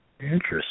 Interesting